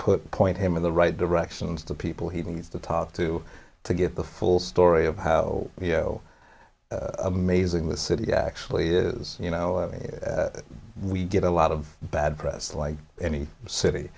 put point him in the right directions to people he needs to talk to to get the full story of how amazing the city actually is you know i mean we get a lot of bad press like any city